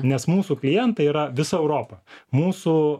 nes mūsų klientai yra visa europa mūsų